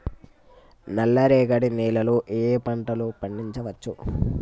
నల్లరేగడి నేల లో ఏ ఏ పంట లు పండించచ్చు?